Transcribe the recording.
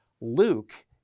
Luke